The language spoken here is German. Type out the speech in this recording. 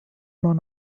man